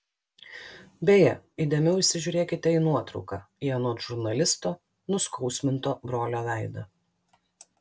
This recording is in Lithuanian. beje įdėmiau įsižiūrėkite į nuotrauką į anot žurnalisto nuskausminto brolio veidą